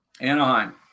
Anaheim